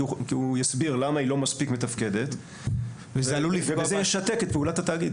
כי הוא יסביר למה היא לא מספיק מתפקדת --- וזה ישתק את פעולת התאגיד.